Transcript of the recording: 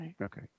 Okay